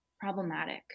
Problematic